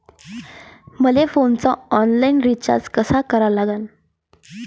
मले फोनचा online recharge कसा करा लागन?